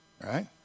Right